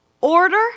Order